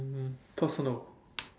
personal